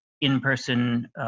in-person